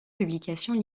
publications